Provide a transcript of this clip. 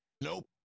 Nope